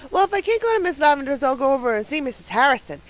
well, if i can't go to miss lavendar's i'll go over and see mrs. harrison.